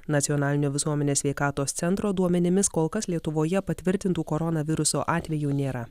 nacionalinio visuomenės sveikatos centro duomenimis kol kas lietuvoje patvirtintų koronaviruso atvejų nėra